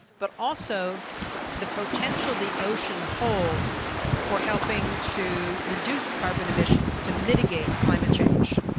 but also the potential the ocean holds for helping to reduce carbon emissions, to mitigate climate change.